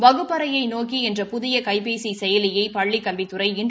வகுப்பறையை நோக்கி என்ற புதிய கைபேசி செயலியை பள்ளிக் கல்வித்துறை இன்று